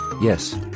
yes